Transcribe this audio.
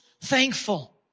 Thankful